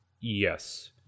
Yes